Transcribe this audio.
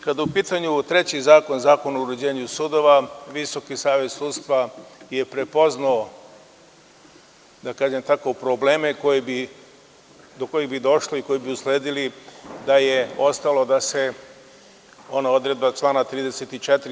Kada je u pitanju treći zakon, Zakon o uređenju sudova, Visoki savet sudstva je prepoznao probleme do kojih bi došlo i koji bi usledili da je ostalo da se ona odredba člana 34.